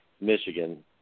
Michigan